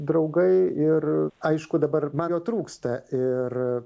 draugai ir aišku dabar man jo trūksta ir